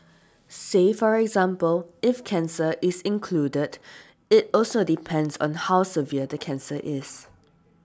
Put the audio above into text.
say for example if cancer is included it also depends on how severe the cancer is